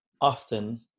often